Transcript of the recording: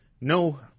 no